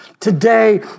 Today